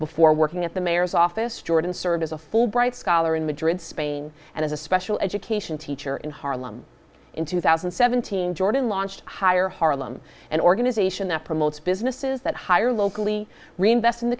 before working at the mayor's office jordan served as a fulbright scholar in madrid spain and as a special education teacher in harlem in two thousand and seventeen jordan launched hire harlem an organization that promotes businesses that hire locally reinvest in the